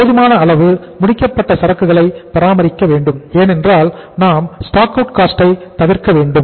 போதுமான அளவு முடிக்கப்பட்ட சரக்குகளை பராமரிக்க வேண்டும் ஏனென்றால் நாம் ஸ்டாக் அவுட் காஸ்ட் ஐ தவிர்க்க வேண்டும்